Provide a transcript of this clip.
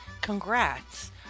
congrats